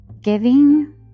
Giving